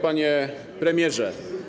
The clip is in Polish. Panie Premierze!